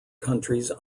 countries